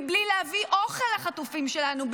מבלי להביא אוכל לחטופים שלנו,